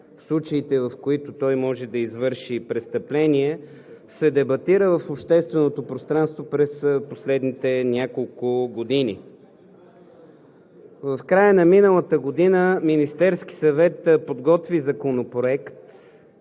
в които той може да извърши престъпление, се дебатира в общественото пространство през последните няколко години. В края на миналата година Министерският съвет подготви Законопроект,